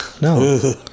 No